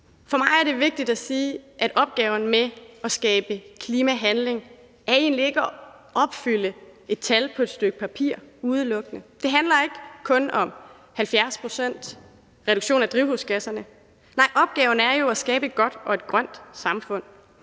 For mig er det vigtigt at sige, at opgaven med at skabe klimahandling egentlig ikke udelukkende er at opfylde et tal på et stykke papir. Det handler ikke kun om 70 pct.s reduktion af drivhusgasserne. Nej, opgaven er jo at skabe et godt og et grønt samfund.